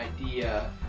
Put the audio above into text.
idea